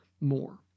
more